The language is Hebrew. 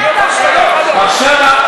21%. עכשיו,